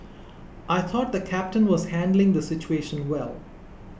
I thought the captain was handling the situation well